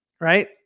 right